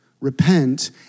Repent